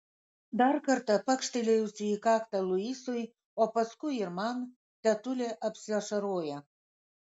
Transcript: dar kartą pakštelėjusi į kaktą luisui o paskui ir man tetulė apsiašaroja